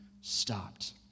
stopped